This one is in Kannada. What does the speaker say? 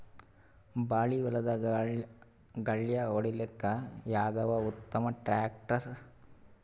ಬಾಳಿ ಹೊಲದಾಗ ಗಳ್ಯಾ ಹೊಡಿಲಾಕ್ಕ ಯಾವದ ಉತ್ತಮ ಟ್ಯಾಕ್ಟರ್?